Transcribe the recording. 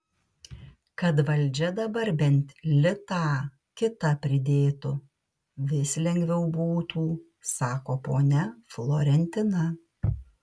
kad valdžia dabar bent litą kitą pridėtų vis lengviau būtų sako ponia florentina